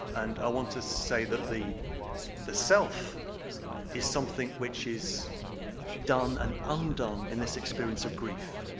and i want to say that the the self is something which is done and undone in this experience of grief,